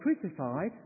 crucified